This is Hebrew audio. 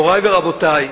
מורי ורבותי,